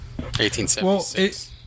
1876